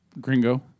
Gringo